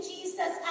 Jesus